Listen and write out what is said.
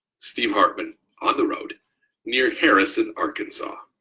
steve hartman on the road near harrison, arkansas.